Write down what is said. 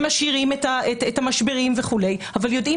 שמשאירים את המשברים וכולי אבל יודעים